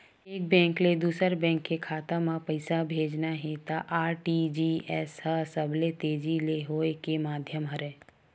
एक बेंक ले दूसर बेंक के खाता म पइसा भेजना हे त आर.टी.जी.एस ह सबले तेजी ले होए के माधियम हरय